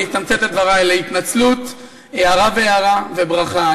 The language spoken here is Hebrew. אני אתמצת את דברי להתנצלות, הערה והארה וברכה.